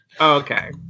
Okay